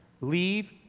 Leave